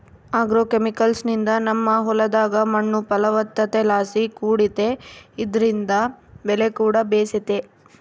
ಆಗ್ರೋಕೆಮಿಕಲ್ಸ್ನಿಂದ ನಮ್ಮ ಹೊಲದಾಗ ಮಣ್ಣು ಫಲವತ್ತತೆಲಾಸಿ ಕೂಡೆತೆ ಇದ್ರಿಂದ ಬೆಲೆಕೂಡ ಬೇಸೆತೆ